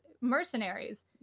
mercenaries